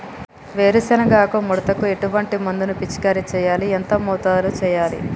వేరుశెనగ ఆకు ముడతకు ఎటువంటి మందును పిచికారీ చెయ్యాలి? ఎంత మోతాదులో చెయ్యాలి?